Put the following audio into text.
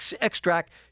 extract